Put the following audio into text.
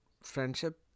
friendship